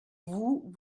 vous